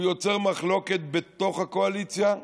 והוא יוצר מחלוקת בתוך הקואליציה,